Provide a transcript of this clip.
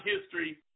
history